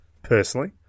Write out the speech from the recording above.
Personally